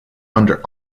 under